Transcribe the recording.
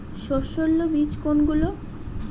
সস্যল বীজ কোনগুলো?